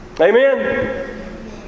Amen